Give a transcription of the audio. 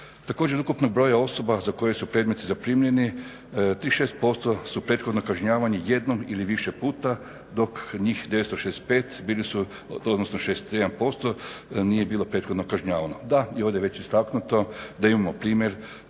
Također od ukupnog broja osoba za koje su predmeti zaprimljeni 36% su prethodna kažnjavanja jednom ili više puta dok njih 965 odnosno 61% nije bilo prethodnog kažnjavano. Da, ovdje je već istaknuto da imamo primjer